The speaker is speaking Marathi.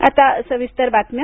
आता सविस्तर बातम्या